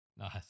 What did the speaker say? Nice